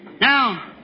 Now